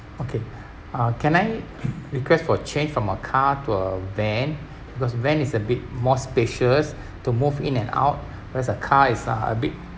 okay uh can I request for a change from a car to a van because van is a bit more spacious to move in and out whereas a car is a bit